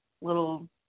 little